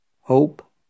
hope